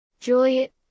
Juliet